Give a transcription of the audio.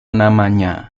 namanya